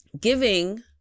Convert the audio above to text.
giving